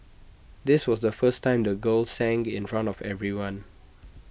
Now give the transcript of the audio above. this was the first time the girl sang in front of everyone